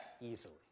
easily